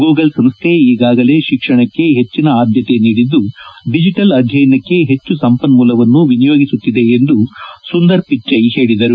Google ಸಂಸ್ಥೆ ಈಗಾಗಲೇ ಶಿಕ್ಷಣಕ್ಕೆ ಹೆಚ್ಚಿನ ಆದ್ಯತೆ ನೀಡಿದ್ದು ಡಿಜಿಟಲ್ ಅಧ್ಯಯನಕ್ಕೆ ಹೆಚ್ಚು ಸಂಪನ್ಮೂಲವನ್ನು ವಿನಿಯೋಗಿಸುತ್ತಿದೆ ಎಂದು ಸುಂದರ್ ಪಿಚ್ಚೆ ಹೇಳಿದರು